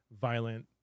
violent